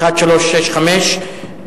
שאילתא מס' 1365,